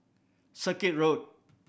Circuit Road